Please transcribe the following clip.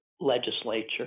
legislature